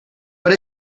but